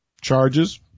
charges